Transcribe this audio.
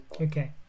Okay